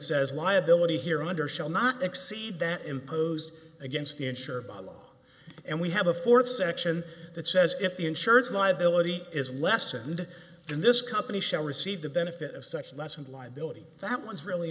says liability here under shall not exceed that imposed against the insurer by law and we have a fourth section that says if the insurance liability is lessened in this company shall receive the benefit of such lessened liability that was really